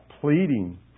pleading